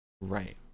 right